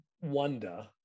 wonder